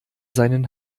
seinen